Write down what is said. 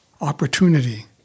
Opportunity